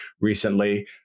recently